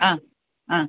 ആ ആ